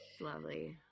lovely